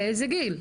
באיזה גיל,